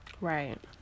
right